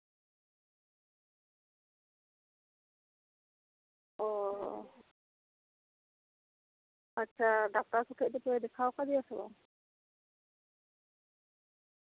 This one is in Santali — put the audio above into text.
ᱚ ᱟᱪᱪᱷᱟ ᱰᱟᱠᱛᱟᱨ ᱠᱚ ᱴᱷᱮᱡ ᱫᱚᱯᱮ ᱫᱮᱠᱷᱟᱣ ᱠᱟᱫᱮᱭᱟ ᱥᱮ ᱵᱟᱝ